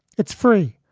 it's free.